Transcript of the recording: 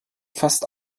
fast